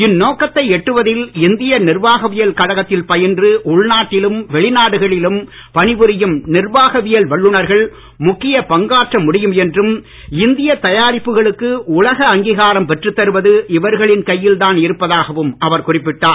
இந்நோக்கத்தை எட்டுவதில் இந்திய நிர்வாகவியல் கழகத்தில் பயின்று உள்நாட்டிலும் வெளிநாடுகளிலும் பணி புரியும் நிர்வாகவியல் வல்லுநர்கள் முக்கியப் பங்காற்ற முடியும் என்றும் இந்திய தயாரிப்புகளுக்கு உலக அங்கீகாரம் பெற்றுத் தருவது இவர்களின் கையில்தான் இருப்பதாகவும் அவர் குறிப்பிட்டார்